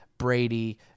Brady